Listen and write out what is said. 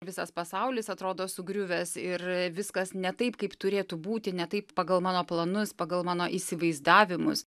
visas pasaulis atrodo sugriuvęs ir viskas ne taip kaip turėtų būti ne taip pagal mano planus pagal mano įsivaizdavimus